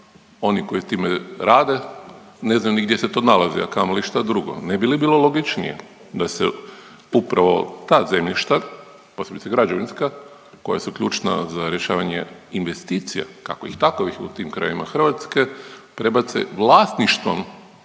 oni koji time rade ne znaju ni gdje se to nalazi, a kamoli šta drugo. Ne bi li bilo logičnije da se upravo ta zemljišta posebice građevinska koja su ključna za rješavanje investicija kakovih, takovih u tim krajevima Hrvatske prebace vlasništvom